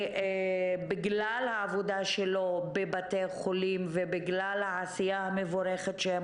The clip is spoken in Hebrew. בגלל העבודה שלהם בבתי חולים ובגלל העשייה המבורכת שהם